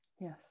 Yes